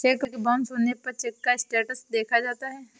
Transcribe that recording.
check bounce होने पर cheque का स्टेटस देखा जाता है